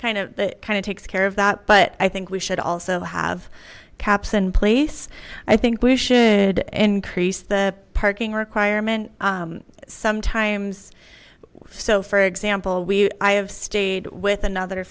it kind of takes care of that but i think we should also have caps in place i think we should increase the parking requirement sometimes so for example we i have stayed with another